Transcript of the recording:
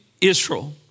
Israel